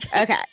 okay